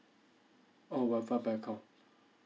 oh whatever by account